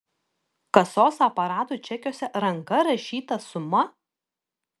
kasos aparatų čekiuose ranka rašyta suma